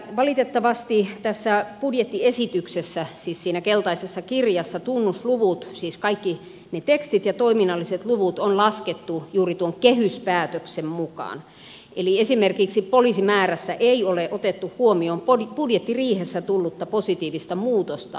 valitettavasti tässä budjettiesityksessä siis siinä keltaisessa kirjassa tunnusluvut siis kaikki ne tekstit ja toiminnalliset luvut on laskettu juuri tuon kehyspäätöksen mukaan eli esimerkiksi poliisimäärässä ei ole otettu huomioon budjettiriihessä tullutta positiivista muutosta määrärahoihin